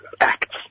acts